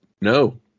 No